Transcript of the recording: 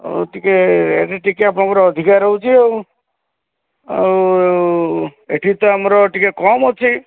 ହଉ ଟିକେ ରେଟ୍ ଟିକେ ଆପଣଙ୍କର ଅଧିକା ରହୁଛି ଆଉ ଆଉ ଏଠି ତ ଆମର ଟିକେ କମ ଅଛି